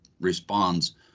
responds